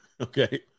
Okay